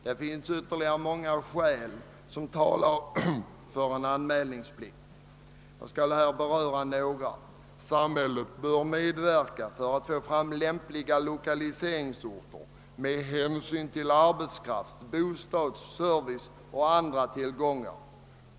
Det finns ytterligare många skäl som talar för en anmälningsplikt; jag skall här beröra några. Samhället skall medverka till att få fram lokaliseringsorter som är lämpliga med hänsyn till tillgången på arbetskraft, bostäder, serviceanordningar etc.